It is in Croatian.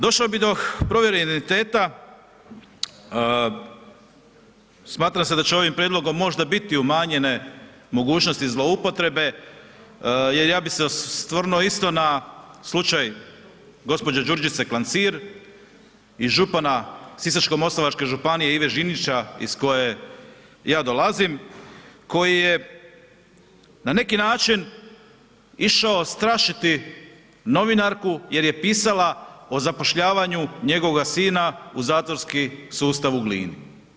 Došlo bi do provjere identiteta, smatram se da će ovim prijedlogom možda biti umanjene mogućnosti zloupotrebe jer ja bi se osvrnuo isto na slučaj gđe. Đurđice Klancir i župana Sisačko-moslavačke županije Ive Žinića iz koje ja dolazim, koji je na neki način išao strašiti novinarku jer je pisala o zapošljavanju njegovoga sina u zatvorski sustav u Glini.